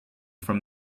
from